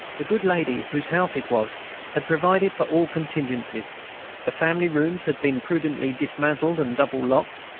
the good lady whose house it was had provided for all contingencies the family rooms had been prudently dismantled and double-locked.